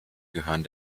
gehören